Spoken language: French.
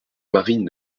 marine